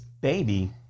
baby